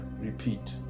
repeat